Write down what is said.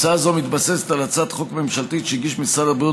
הצעה זו מתבססת על הצעת חוק ממשלתית שהגיש משרד הבריאות